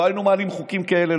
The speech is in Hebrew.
לא היינו מעלים חוקים כאלה,